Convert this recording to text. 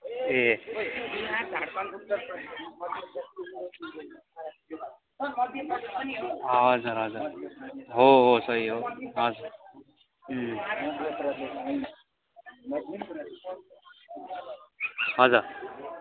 ए हजुर हजुर हो हो सही हो हजुर अँ हजुर